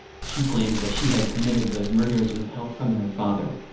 she claimed that she had committed those murders with help from her father.